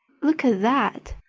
look at that!